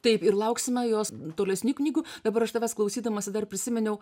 taip ir lauksime jos tolesnių knygų dabar aš tavęs klausydamasi dar prisiminiau